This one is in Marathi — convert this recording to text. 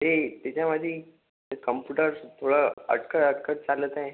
ते त्याच्यामध्ये ते कम्पुटर थोडं अडकत अडकत चालत आहे